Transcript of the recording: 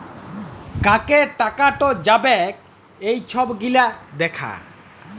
কাকে টাকাট যাবেক এই ছব গিলা দ্যাখা